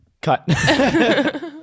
Cut